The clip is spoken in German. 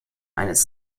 eines